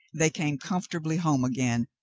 they came comfortably home again,